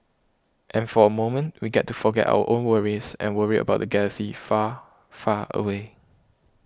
and for a moment we get to forget our own worries and worry about the galaxy far far away